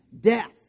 death